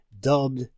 dubbed